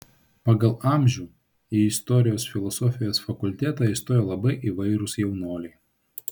pagal amžių į istorijos filosofijos fakultetą įstojo labai įvairūs jaunuoliai